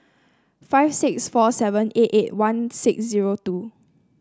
six five four seven eight eight one six zero two